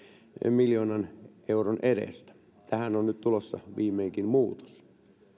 miljoonan euron edestä tähän on nyt tulossa viimeinkin muutos